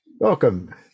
Welcome